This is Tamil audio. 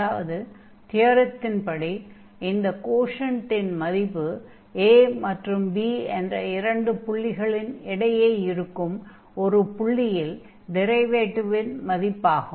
அதாவது தியரத்தின்படி இந்த கோஷன்ட்டின் மதிப்பு a மற்றும் b என்ற இரண்டு புள்ளிகளின் இடையே இருக்கும் ஒரு புள்ளியில் டிரைவேடிவ்வின் மதிப்பாகும்